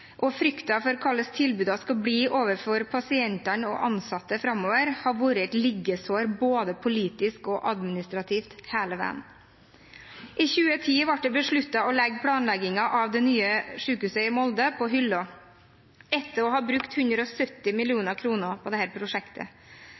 og frykten for hvordan tilbudene skal bli overfor pasientene og de ansatte framover, har vært et liggesår både politisk og administrativt hele veien. I 2010 ble det besluttet å legge planleggingen av det nye sykehuset i Molde på hylla, etter at man hadde brukt 170 mill. kr på dette prosjektet. Det